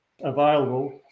available